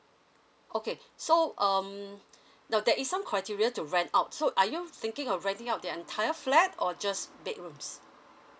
okay so um now there is some criteria to rent out so are you thinking of renting out the entire flat or just bedrooms